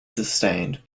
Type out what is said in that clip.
sustained